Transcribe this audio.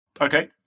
Okay